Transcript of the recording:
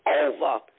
over